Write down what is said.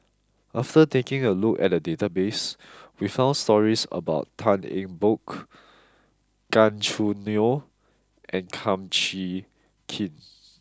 after taking a look at the database we found stories about Tan Eng Bock Gan Choo Neo and Kum Chee Kin